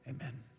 Amen